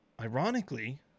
Ironically